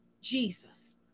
Jesus